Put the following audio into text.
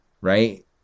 Right